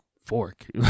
fork